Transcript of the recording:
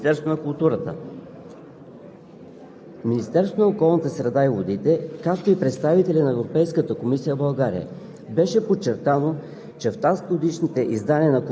подкрепа на здравословния начин на живот на младите хора. Партньори на конкурса са Министерството на здравеопазването, Министерството на образованието, Министерството на младежта и спорта, Министерството на културата,